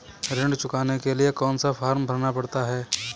ऋण चुकाने के लिए कौन सा फॉर्म भरना पड़ता है?